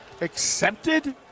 accepted